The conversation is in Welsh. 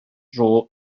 dro